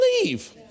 believe